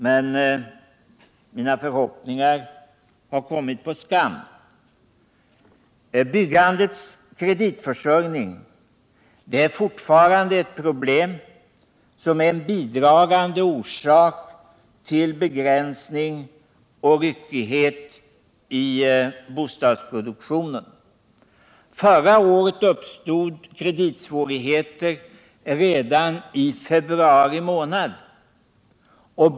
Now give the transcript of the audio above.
Men mina förhoppningar har kommit på skam. Byggandets kreditförsörjning är fortfarande ett problem som är en bidragande orsak till en begränsning och ryckighet i bostadsproduktionen. Förra året uppstod kreditsvårigheter i februari månad.